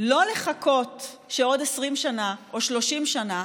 לא לחכות שעוד 20 שנה או 30 שנה,